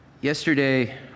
Yesterday